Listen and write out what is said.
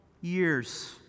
years